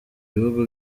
ibihugu